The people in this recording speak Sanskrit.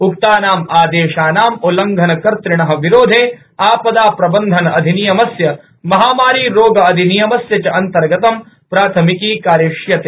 उक्तानाम् आदेशानाम् उल्लंघकर्तृण विरोधे आपदा प्रबंधन अधिनियमस्य महामारि रोग अधिनियमस्य च अन्तर्गतं प्राथमिकी कारयिष्यते